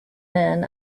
men